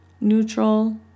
neutral